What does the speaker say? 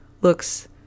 looks